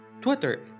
twitter